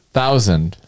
thousand